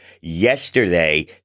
Yesterday